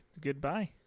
Goodbye